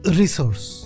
resource